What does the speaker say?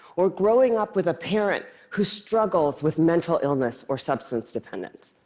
or growing up with a parent who struggles with mental illness or substance dependence.